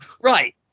Right